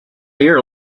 year